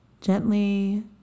Gently